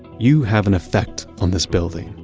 you have an effect on this building.